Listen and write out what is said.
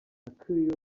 peculiar